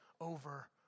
over